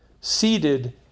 seated